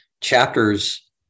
chapters